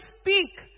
speak